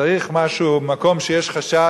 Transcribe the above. ובמקום שיש חשד,